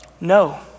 no